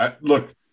look